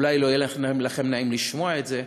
אולי לא יהיה לכם נעים לשמוע את זה,